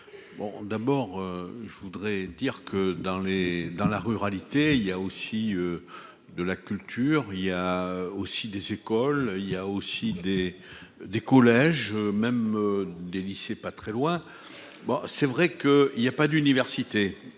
d'abord je voudrais dire que dans les dans la ruralité, il y a aussi de la culture, il y a aussi des écoles, il y a aussi des des collèges même des lycées, pas très loin, bon c'est vrai que, il y a pas d'université,